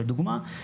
לדוגמא,